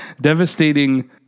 devastating